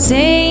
Say